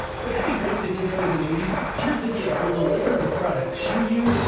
wouldn't it be great if they did that with annuities? here's the deal we'll deliver the product to you.